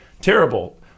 terrible